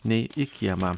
nei į kiemą